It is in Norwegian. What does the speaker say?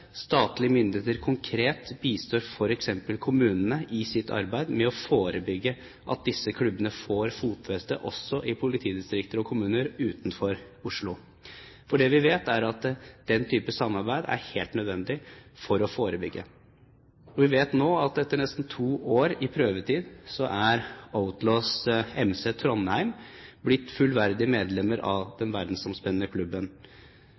statlige myndigheter konkret bistår f.eks. kommunene i sitt arbeid med å forebygge at disse klubbene får fotfeste også i politidistrikter og kommuner utenfor Oslo. Vi vet at den typen samarbeid er helt nødvendig for å forebygge. Vi vet nå at etter nesten to års prøvetid er Outlaws MC Trondheim blitt fullverdige medlemmer av den verdensomspennende klubben.